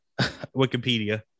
Wikipedia